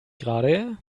gerade